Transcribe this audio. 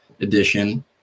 edition